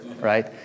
right